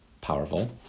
powerful